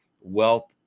wealth